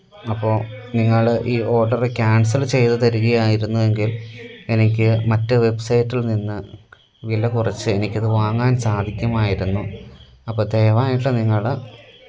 അപ്പോള് നിങ്ങള് ഈ ഓഡര് ക്യാന്സല് ചെയ്ത് തരികയായിരുന്നു എങ്കില് എനിക്കു മറ്റു വെബ്സൈറ്റില്നിന്ന് വില കുറച്ച് എനിക്കതു വാങ്ങാന് സാധിക്കുമായിരുന്നു അപ്പോള് ദയവായിട്ട് നിങ്ങള്